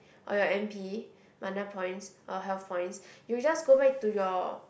or your M_P Mana Points or Health Points you just go back to your